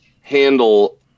handle